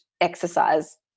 exercise